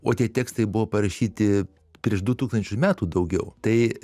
o tie tekstai buvo parašyti prieš du tūkstančius metų daugiau tai